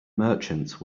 merchant